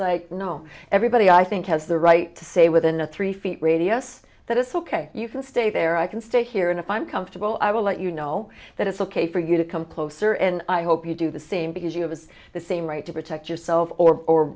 like no everybody i think has the right to say within three feet radius that it's ok you can stay there i can stay here and if i'm comfortable i will let you know that it's ok for you to come closer and i hope you do the same because you it was the same right to protect yourself or